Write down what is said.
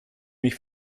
mich